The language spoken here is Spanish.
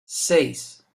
seis